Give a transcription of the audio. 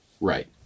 Right